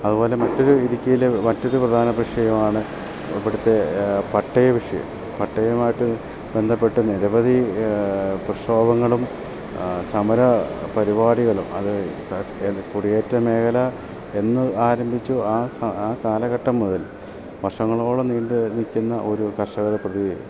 അതുപോലെ മറ്റൊരു ഇടുക്കിയിലെ മറ്റൊരു പ്രധാന വിഷയമാണ് ഇവിടുത്തെ പട്ടയ വിഷയം പട്ടയമായിട്ട് ബന്ധപ്പെട്ട് നിരവധി പ്രക്ഷോഭങ്ങളും സമര പരിപാടികളും അത് ഏത് കുടിയേറ്റ മേഘല എന്ന് ആരംഭിച്ചോ ആ ആ കാലഘട്ടം മുതൽ വർഷങ്ങളോളം നീണ്ടു നിൽക്കുന്ന ഒരു കർഷകർ പ്രതി